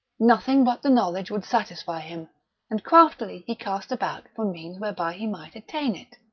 nothing but the knowledge would satisfy him and craftily he cast about for means whereby he might attain it.